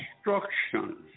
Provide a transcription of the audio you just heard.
instructions